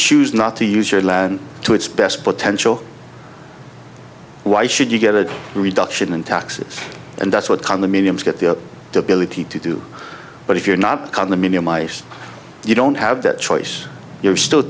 choose not to use your land to its best potential why should you get a reduction in taxes and that's what condominiums get the up the ability to do but if you're not on the medium ice you don't have that choice you're still